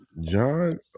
John